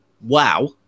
wow